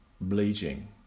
bleaching